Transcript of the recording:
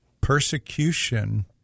persecution